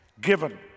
given